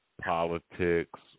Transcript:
politics